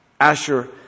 Asher